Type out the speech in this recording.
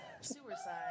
Suicide